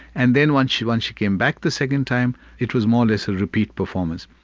and then once she once she came back the second time, it was more or less a repeat performance.